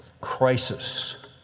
crisis